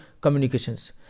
communications